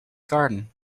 garden